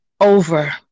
Over